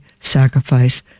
sacrifice